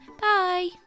Bye